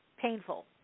painful